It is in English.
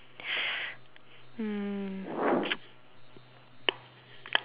mm